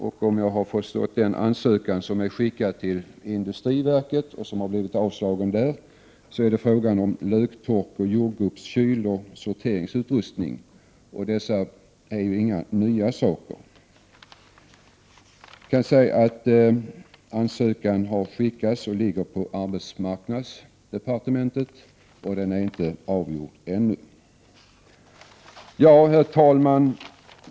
Om jag rätt har förstått den ansökan som har skickats till industriverket, och som har blivit avstyrkt där, så är det fråga om löktork, jordgubbskyl och sorteringsutrustning. Ansökan ligger på arbetsmarknadsdepartementet, och ärendet är inte avgjort ännu. Herr talman!